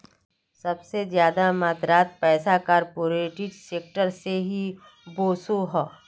सबसे ज्यादा मात्रात पैसा कॉर्पोरेट सेक्टर से ही वोसोह